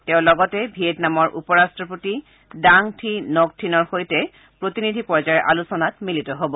তেওঁ লগতে ভিয়েটনামৰ উপ ৰাট্টপতি ডাং থি নগ থিনৰ সৈতে প্ৰতিনিধি পৰ্যায়ৰ আলোচনাত মিলিত হ'ব